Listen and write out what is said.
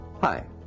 Hi